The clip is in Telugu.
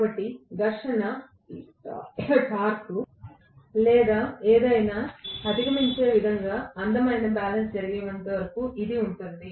కాబట్టి ఘర్షణ టార్క్ లేదా ఏదైనా అధిగమించే విధంగా అందమైన బ్యాలెన్స్ జరిగే వరకు ఇది జరుగుతుంది